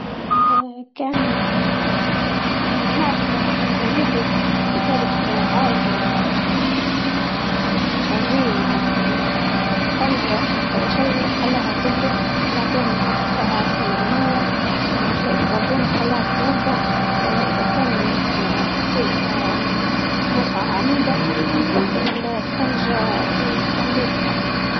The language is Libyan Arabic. اه كان اه الماكلة متنطيبش او قالت عالقة في الطاجين او في الطنجرة او شي خلاها تبرد، بعدين نحط فيها شوية مية اه مع شوية صابون وخليها تتنقع اه فيه بقع عنيدة نستخدم الاسفنج لتنظيفها.